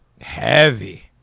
Heavy